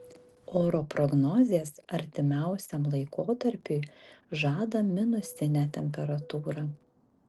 oro prognozės artimiausiam laikotarpiui žada minusinę temperatūrą